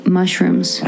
mushrooms